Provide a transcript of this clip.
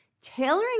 tailoring